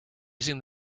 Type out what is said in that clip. using